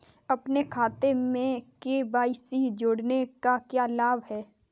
अपने खाते में के.वाई.सी जोड़ने का क्या लाभ है?